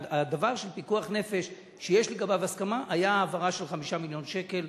הדבר של פיקוח נפש שיש לגביו הסכמה היה העברה של 5 מיליון שקל,